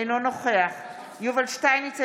אינו נוכח יובל שטייניץ,